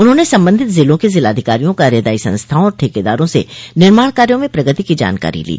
उन्होंने सम्बन्धित जिलों के जिलाधिकारियों कार्यदायी संस्थाओं और ठेकेदारो से निर्माण कार्यो में प्रगति की जानकारी ली